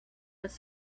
was